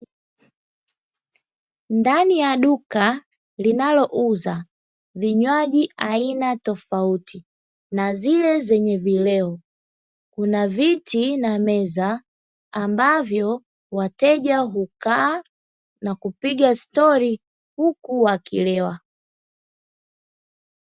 Ndani ya duka linalouza vinywaji aina tofauti, na zile zenye vileo, kuna viti na meza ambavyo wateja hukaa na kupiga stori huku wakilewa.